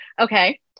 Okay